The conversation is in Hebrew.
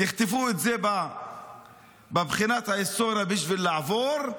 תכתבו את זה בבחינת היסטוריה בשביל לעבור,